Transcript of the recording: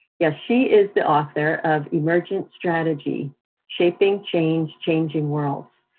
yes, she is the author of emergent strategy shaping change, changing worlds.